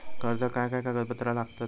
कर्जाक काय काय कागदपत्रा लागतत?